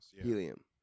Helium